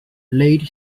laid